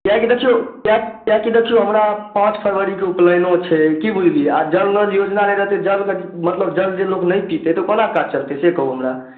किएकि दखिऔ किए किएकि दखिऔ हमरा पाँच फरवरी कऽ उपलैनो छै कि बुझलियै आ जल नल योजना रहि रहिते जल कऽ मतलब जल जे लोगो नहि पितै तऽ कोना काज चलतै से कहु हमरा